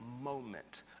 moment